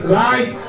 right